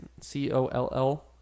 C-O-L-L